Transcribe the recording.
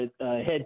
head